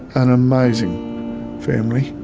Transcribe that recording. an amazing family,